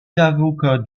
avocats